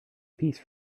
piece